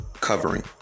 covering